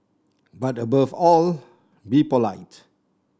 but above all be polite